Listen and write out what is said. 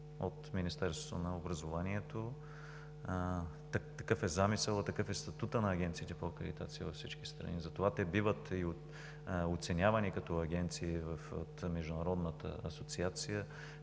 от Министерството на образованието и науката. Такъв е замисълът, такъв е статутът на агенциите по акредитация във всички страни, затова те биват и оценявани като агенции в Международната асоциация